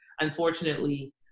unfortunately